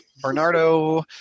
Bernardo